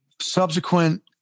subsequent